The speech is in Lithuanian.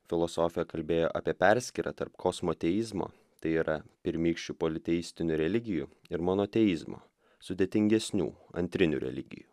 filosofė kalbėjo apie perskyrą tarp kosmoteizmo tai yra pirmykščių politeistinių religijų ir monoteizmo sudėtingesnių antrinių religijų